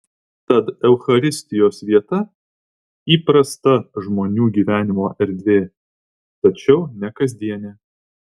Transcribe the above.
tad eucharistijos vieta įprasta žmonių gyvenimo erdvė tačiau ne kasdienė